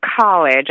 college